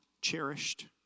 cherished